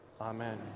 Amen